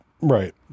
Right